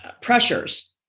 pressures